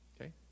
Okay